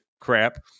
crap